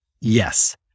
yes